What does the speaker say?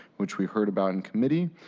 which we heard about in committee.